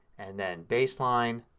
and then baseline,